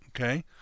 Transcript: Okay